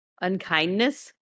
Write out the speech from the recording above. Unkindness